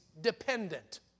dependent